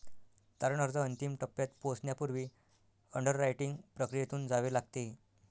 तारण अर्ज अंतिम टप्प्यात पोहोचण्यापूर्वी अंडररायटिंग प्रक्रियेतून जावे लागते